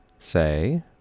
say